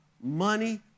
money